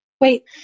Wait